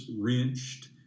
wrenched